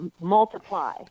multiply